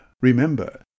Remember